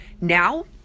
Now